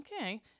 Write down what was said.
Okay